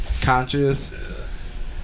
conscious